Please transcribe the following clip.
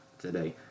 today